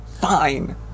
fine